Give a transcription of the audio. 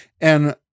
and-